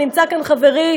נמצא כאן חברי,